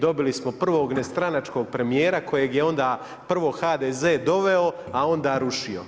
Dobili smo prvog nestranačkog premijera, kojeg je onda prvo HDZ doveo, a onda rušio.